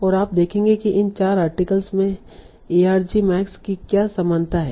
और आप देखेंगे कि इन चार आर्टिकल्स में argmax की क्या समानता है